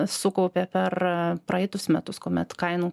sukaupė per praeitus metus kuomet kainų